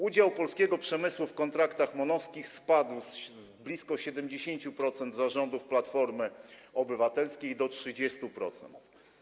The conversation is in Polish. Udział polskiego przemysłu w kontraktach MON-owskich spadł z blisko 70% za rządów Platformy Obywatelskiej do 30%.